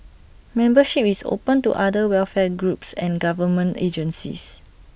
membership is open to other welfare groups and government agencies